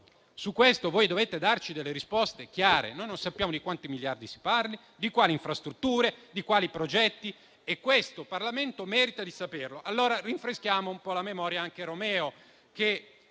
Su questo voi dovete darci delle risposte chiare. Noi non sappiamo di quanti miliardi si parli, di quali infrastrutture, di quali progetti e questo Parlamento merita di saperlo. Rinfreschiamo un po' la memoria anche al